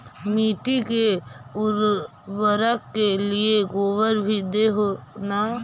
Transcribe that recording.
मिट्टी के उर्बरक के लिये गोबर भी दे हो न?